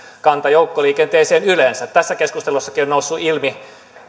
kanta joukkoliikenteeseen yleensä tässä keskustelussakin on noussut ilmi